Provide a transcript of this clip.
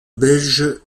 belge